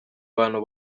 bantu